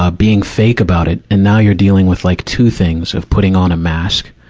ah being fake about it, and now you're dealing with like two things, of putting on a mask,